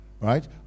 right